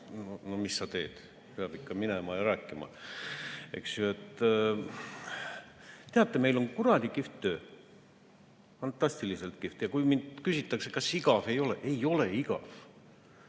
no mis sa teed, peab ikka tulema ja rääkima. Teate, meil on kuradi kihvt töö, fantastiliselt kihvt. Ja kui küsitakse, kas igav ei ole – ei ole igav.